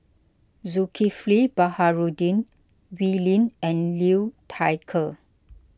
Zulkifli Baharudin Wee Lin and Liu Thai Ker